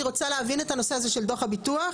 אני רוצה להבין את הנושא הזה של דוח הניתוח,